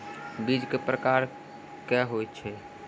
बीज केँ प्रकार कऽ होइ छै?